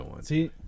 see